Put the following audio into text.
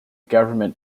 government